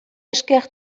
esker